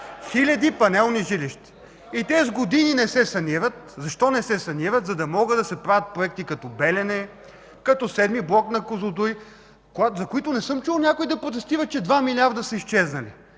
Хиляди панелни жилища, и те с години не се санират. Защо не се санират? За да могат да се правят проекти като „Белене”, като VІІ блок на „Козлодуй”, за които не съм чул някой да протестира, че са изчезнали